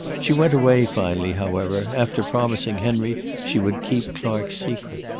she went away finally, however, after promising henry she would keep clark's secret.